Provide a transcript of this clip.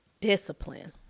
discipline